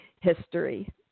history